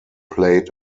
played